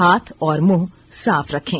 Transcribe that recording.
हाथ और मुंह साफ रखें